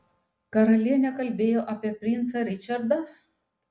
karalienė kalbėjo apie princą ričardą